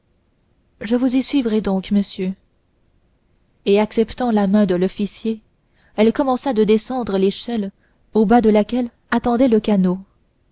je vous suivrai donc monsieur et acceptant la main de l'officier elle commença de descendre l'échelle au bas de laquelle l'attendait le canot